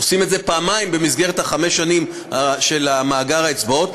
עושים את זה פעמיים במסגרת חמש השנים של מאגר האצבעות.